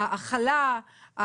ההכלה,